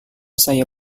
saya